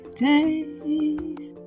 days